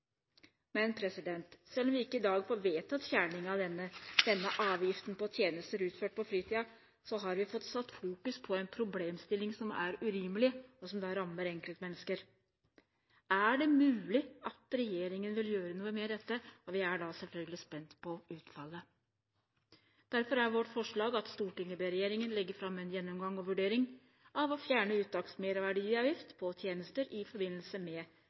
Men selv om vi ikke i dag får vedtatt fjerning av denne avgiften på tjenester utført på fritiden, har vi fått satt fokus på en problemstilling som er urimelig, og som rammer enkeltmennesker. Er det mulig at regjeringen vil gjøre noe med dette? Vi er selvfølgelig spent på utfallet. Derfor er vårt forslag at Stortinget ber regjeringen legge fram en gjennomgang og vurdering av å fjerne uttaksmerverdiavgift på tjenester i forbindelse med